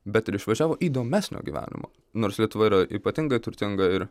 bet ir išvažiavo įdomesnio gyvenimo nors lietuva yra ypatingai turtinga ir